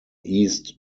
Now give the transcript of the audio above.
east